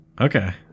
Okay